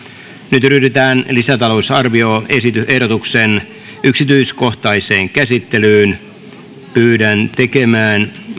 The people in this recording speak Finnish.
nyt ryhdytään lisätalousarvioehdotuksen yksityiskohtaiseen käsittelyyn pyydän tekemään